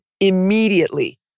immediately